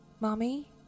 Mommy